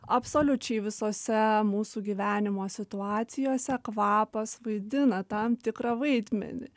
absoliučiai visose mūsų gyvenimo situacijose kvapas vaidina tam tikrą vaidmenį